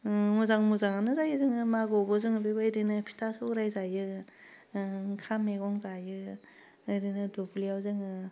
मोजां मोजाङानो जायो जोङो मागोआवबो जोङो बेबायदिनो फिथा सौराइ जायो ओंखाम मेगं जायो ओरैनो दुब्लियाव जोङो